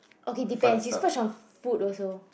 okay depends you splurge on food also